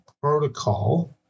Protocol